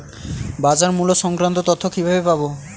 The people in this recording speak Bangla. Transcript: বাজার মূল্য সংক্রান্ত তথ্য কিভাবে পাবো?